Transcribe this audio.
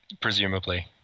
presumably